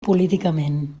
políticament